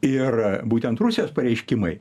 ir būtent rusijos pareiškimai